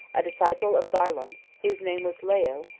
a disciple of barlaam, whose name was leo,